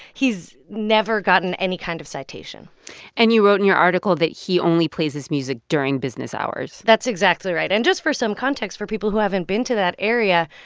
he's never gotten any kind of citation and you wrote in your article that he only plays his music during business hours that's exactly right. and just for some context for people who haven't been to that area,